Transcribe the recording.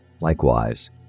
Likewise